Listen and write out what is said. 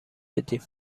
بدی